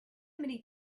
many